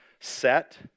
Set